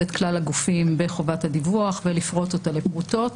את כלל הגופים בחובת הדיווח ולפרוט אותה לפרוטות.